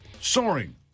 soaring